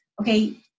Okay